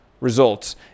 results